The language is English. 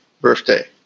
birthday